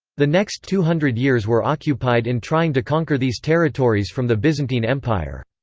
the next two hundred years were occupied in trying to conquer these territories from the byzantine empire.